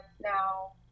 now